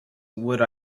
would